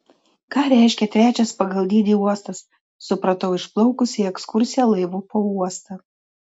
ką reiškia trečias pagal dydį uostas supratau išplaukus į ekskursiją laivu po uostą